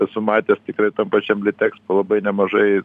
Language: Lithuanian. esu matęs tikrai tam pačiam litekspo labai nemažai